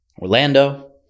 Orlando